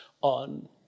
on